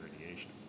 radiation